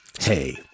Hey